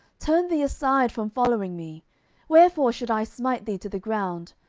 turn thee aside from following me wherefore should i smite thee to the ground?